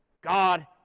God